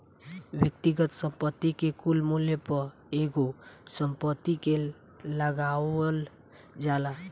व्यक्तिगत संपत्ति के कुल मूल्य पर एगो संपत्ति के लगावल जाला